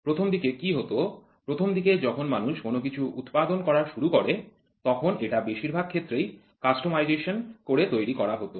প্রথমদিকে কি হত প্রথম দিকে যখন মানুষ কোন কিছু উৎপাদন করা শুরু করে তখন এটা বেশিরভাগ ক্ষেত্রেই কাস্টমাইজেশন করে তৈরি করা হত